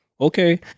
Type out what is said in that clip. okay